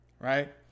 right